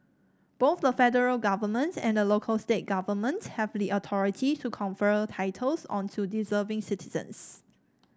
both the federal government and the local state government have the authority to confer titles onto deserving citizens